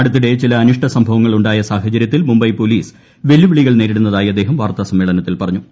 അടുത്തിടെ ചില അനിഷ്ട സംഭവങ്ങൾ ഉണ്ടായ സാഹചര്യത്തിൽ മുംബൈ പോലീസ് വെല്ലുവിളികൾ നേരിടുന്നതായി അദ്ദേഹം വാർത്താ സമ്മേളനത്തിൽ പറഞ്ഞു